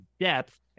depth